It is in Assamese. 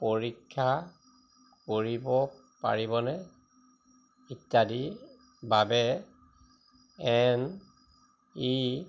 পৰীক্ষা কৰিব পাৰিবনে ইত্যাদি বাবে এন ই